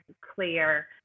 clear